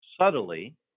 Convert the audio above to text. subtly